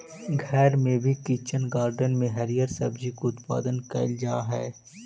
घर में भी किचन गार्डन में हरिअर सब्जी के उत्पादन कैइल जा हई